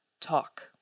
talk